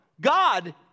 God